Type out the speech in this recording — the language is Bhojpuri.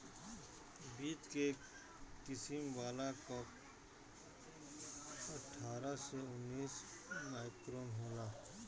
बीच के किसिम वाला कअ अट्ठारह से उन्नीस माइक्रोन होला